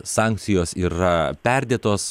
sankcijos yra perdėtos